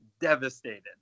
devastated